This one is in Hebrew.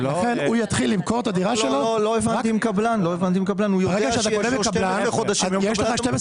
אם קבלן יודע שיש לו 12 חודשים --- ברגע שאתה קונה מקבלן,